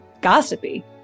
gossipy